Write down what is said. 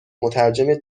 مترجم